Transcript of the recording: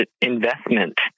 investment